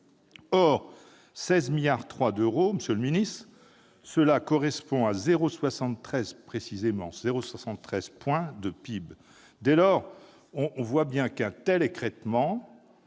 16,3 milliards d'euros, cela correspond précisément à 0,73 point de PIB. Dès lors, on voit bien qu'un tel écrêtement